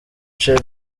che